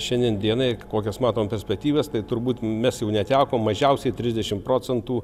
šiandien dienai kokias matom perspektyvas tai turbūt mes jau netekom mažiausiai trisdešim procentų